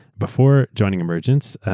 before joining emergence,